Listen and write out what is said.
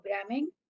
programming